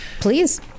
please